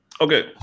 Okay